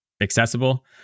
accessible